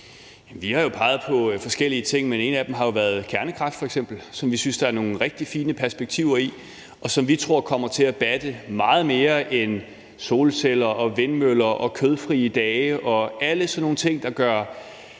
Vi har jo peget på forskellige ting, men en af dem har været kernekraft f.eks., som vi synes der er nogle rigtig fine perspektiver i, og som vi tror kommer til at batte meget mere end solceller og vindmøller og kødfrie dage og alle sådan nogle ting, der gør